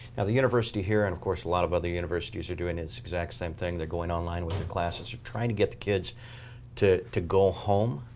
now, the university here and, of course, a lot of other universities are doing this exact same thing. they're going online with their classes. they're trying to get the kids to to go home.